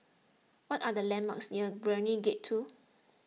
what are the landmarks near Brani Gate two